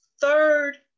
third